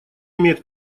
имеет